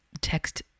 text